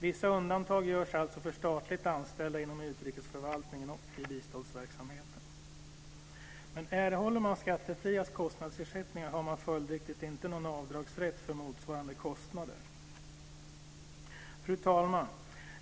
Vissa undantag görs alltså för statligt anställda inom utrikesförvaltningen och biståndsverksamheten. Erhåller man skattefria kostnadsersättningar har man följdriktigt inte någon avdragsrätt för motsvarande kostnader. Fru talman!